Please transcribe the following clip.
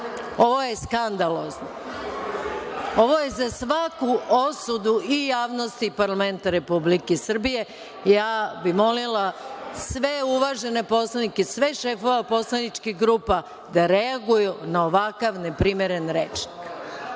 Ovo je skandalozno. Ovo je za svaku osudu i javnosti i parlamenta Republike Srbije. Ja bih molila sve uvažene poslanike, sve šefove poslaničkih grupa da reaguju na ovakav neprimeren